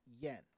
yen